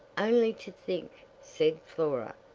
only to think, said flora,